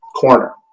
corner